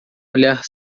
olhar